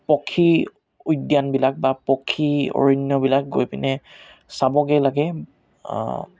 পক্ষী উদ্যানবিলাক বা পক্ষী অৰণ্যবিলাক গৈ পিনে চাবগৈ লাগে